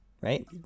Right